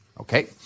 Okay